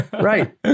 Right